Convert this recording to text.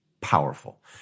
powerful